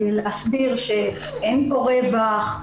להסביר שאין פה רווח,